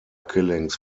killings